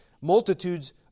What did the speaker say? multitudes